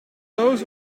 doos